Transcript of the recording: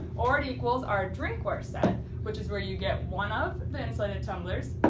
or equals our drinkware set which is where you get one of the insulated tumblers,